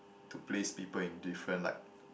to place people in different like